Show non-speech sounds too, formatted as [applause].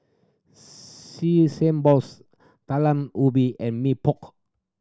[unintelligible] balls Talam Ubi and Mee Pok